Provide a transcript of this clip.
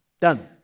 Done